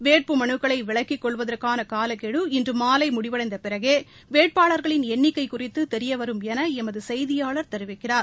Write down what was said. வேட்பு மனுக்களை விலக்கிக் கொள்வதற்கான காலக்கெடு இன்று மாலை முடிவடைந்த பிறகே வேட்பாளர்களின் எண்ணிக்கை குறித்து தெரியவரும் என எமது செய்தியாளர் தெரிவிக்கிறார்